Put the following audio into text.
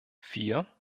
vier